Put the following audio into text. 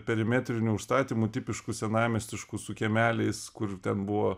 perimetriniu užstatymu tipišku senamiestišku su kiemeliais kur ten buvo